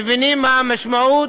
מבינות מה המשמעות,